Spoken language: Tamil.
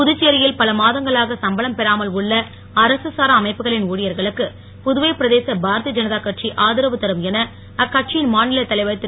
புதுச்சேரியில் பல மாதங்களாக சம்பளம் பெறாமல் உள்ள அரக சாரா அமைப்புகளின் ஊழியர்களுக்கு புதுவை பிரதேச பாரதிய தனதா கட்சி ஆதரவு தரும் என அக்கட்சியின் மாநில தலைவர் திரு